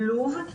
לוב,